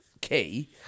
key